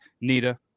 Nita